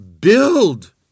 Build